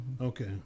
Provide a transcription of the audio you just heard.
Okay